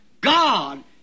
God